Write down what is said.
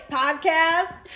podcast